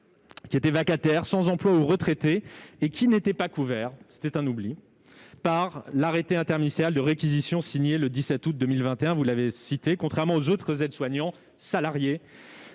qui des vacataires sans emploi ou retraités, et qui n'étaient pas couverts, c'était un oubli par l'arrêté interministériel de réquisition signée le 17 août 2021, vous l'avez cité, contrairement aux autres aides soignants salariés